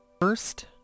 First